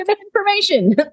Information